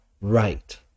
right